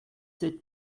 sept